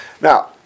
now